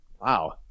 Wow